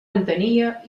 entenia